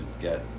get